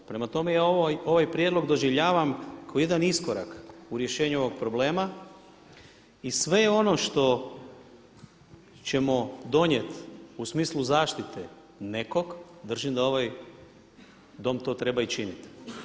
Prema tome ja ovaj prijedlog doživljavam kao jedan iskorak u rješenju ovog problema i sve ono što ćemo donijeti u smislu zaštite nekog, držim da ovaj Dom to treba i činiti.